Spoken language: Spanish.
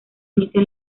inicia